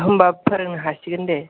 होनबा फोरोंनो हासिगोन दे